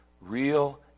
Real